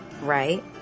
right